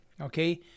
Okay